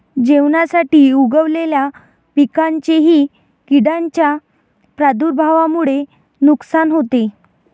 जेवणासाठी उगवलेल्या पिकांचेही किडींच्या प्रादुर्भावामुळे नुकसान होते